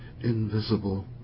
Invisible